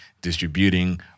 distributing